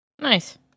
Nice